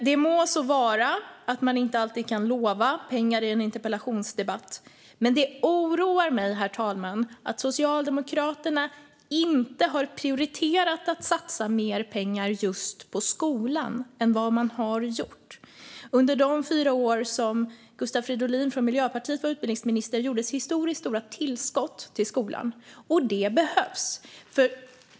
Det må så vara att man inte alltid kan lova pengar i en interpellationsdebatt, men det oroar mig, herr talman, att Socialdemokraterna inte har prioriterat att satsa mer pengar just på skolan än vad man har gjort. Under de fyra år som Gustav Fridolin från Miljöpartiet var utbildningsminister gjordes historiskt stora tillskott till skolan. Och sådana behövs.